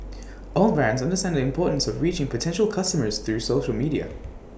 all brands understand the importance of reaching potential customers through social media